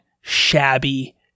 shabby